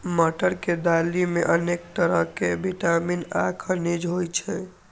मटर के दालि मे अनेक तरहक विटामिन आ खनिज होइ छै